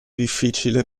difficile